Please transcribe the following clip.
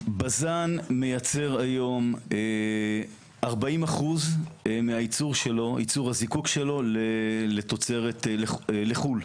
בז"ן מייצרת כיום 40% מייצור הזיקוק שלה לתוצרת חו"ל.